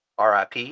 RIP